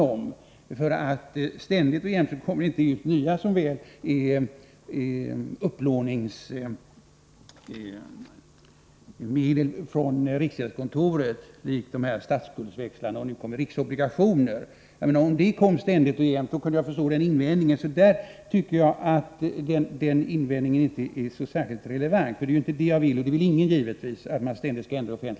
Som väl är kommer det inte ständigt och jämt ut nya upplåningsmedel från riksgäldskontoret i form av statsskuldsväxlar och de nu aktuella riksobligationerna. Om det vore fallet kunde jag förstå invändning en, men eftersom jag inte vill — och det vill givetvis ingen — att man ständigt skall ändra i offentliga dokument tycker jag inte att invändningen är särskilt relevant.